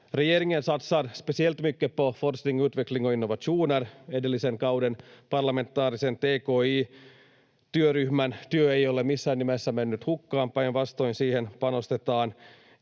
Regeringen satsar speciellt mycket på forskning, utveckling och innovationer. Edellisen kauden parlamentaarisen tki-työryhmän työ ei ole missään nimessä mennyt hukkaan. Päinvastoin, siihen panostetaan